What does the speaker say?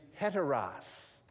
heteros